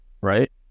Right